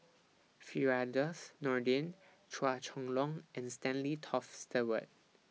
Firdaus Nordin Chua Chong Long and Stanley Toft Stewart